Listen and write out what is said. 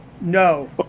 No